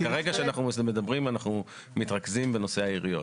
כרגע כשאנחנו מדברים אנחנו מתרכזים בנושא העיריות.